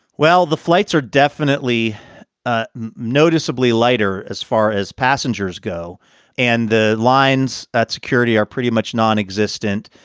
well, the flights are definitely ah noticeably lighter as far as passengers go and the lines at security are pretty much nonexistent.